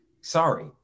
sorry